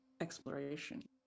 exploration